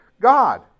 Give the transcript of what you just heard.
God